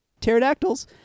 pterodactyls